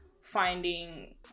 finding